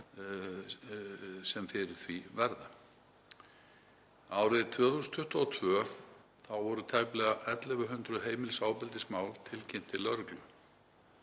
sem fyrir því verða. Árið 2022 voru tæplega 1.100 heimilisofbeldismál tilkynnt til lögreglu.